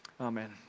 Amen